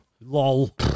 Lol